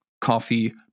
coffee